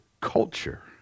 culture